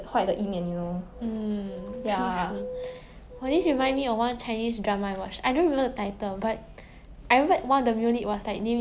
then 那个 male lead right he like treat 她很好 like 真的很好 but then when she needed help 的时候他不在他不见去